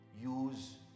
use